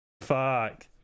Fuck